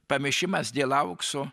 pamišimas dėl aukso